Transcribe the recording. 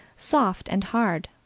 soft and hard,